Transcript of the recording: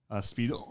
speed